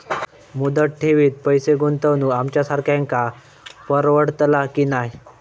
मुदत ठेवीत पैसे गुंतवक आमच्यासारख्यांका परवडतला की नाय?